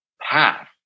path